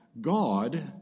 God